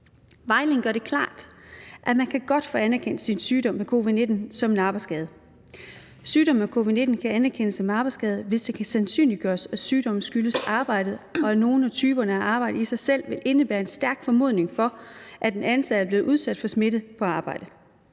Vejledningen gør det klart, at man godt kan få sin sygdom med covid-19 anerkendt som arbejdsskade. Sygdom med covid-19 kan anerkendes som arbejdsskade, hvis det kan sandsynliggøres, at sygdommen skyldes arbejdet, og ved nogle af typerne af arbejde vil arbejdet i sig selv indebære en stærk formodning om, at den ansatte er blevet udsat for smitte på arbejde.